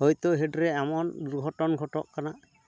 ᱦᱚᱭᱛᱚ ᱦᱮᱰᱨᱮ ᱮᱢᱚᱱ ᱜᱷᱚᱴᱚᱱ ᱜᱷᱚᱴᱟᱜ ᱠᱟᱱᱟ